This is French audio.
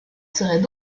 seraient